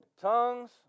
tongues